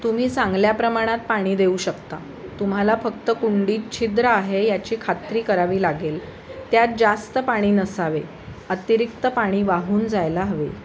तुम्ही चांगल्या प्रमाणात पाणी देऊ शकता तुम्हाला फक्त कुंडीत छिद्र आहे याची खात्री करावी लागेल त्यात जास्त पाणी नसावे अतिरिक्त पाणी वाहून जायला हवे